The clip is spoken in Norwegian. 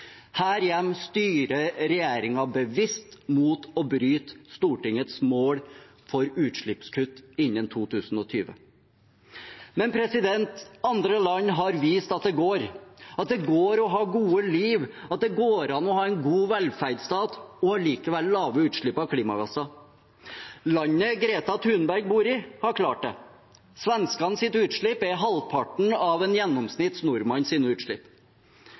Her hjemme styrer regjeringen bevisst mot å bryte Stortingets mål for utslippskutt innen 2020. Men andre land har vist at det går, at det går an å ha gode liv, at det går an å ha en god velferdsstat, og allikevel ha lave utslipp av klimagasser. Landet Greta Thunberg bor i, har klart det. Svenskenes utslipp er halvparten av en gjennomsnittsnordmanns utslipp.